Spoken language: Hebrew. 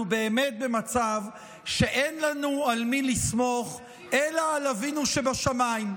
אנחנו באמת במצב שאין לנו על מי לסמוך אלא על אבינו שבשמיים,